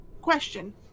Question